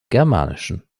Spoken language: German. germanischen